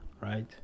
right